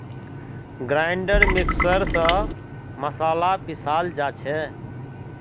grinder mixer स मसाला पीसाल जा छे